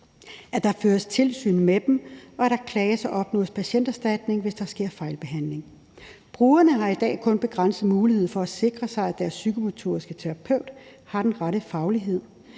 at der føres tilsyn med dem, og at der kan klages og opnås patienterstatning, hvis der sker fejlbehandling. Brugerne har i dag kun begrænset mulighed for at sikre sig, at deres psykomotoriske terapeut har den rette faglighed.